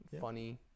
Funny